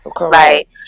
Right